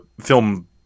Film